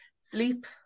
Sleep